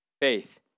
Faith